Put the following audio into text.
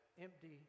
empty